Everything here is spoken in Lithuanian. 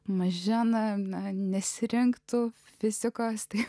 mažena na nesirengtų fizikos tai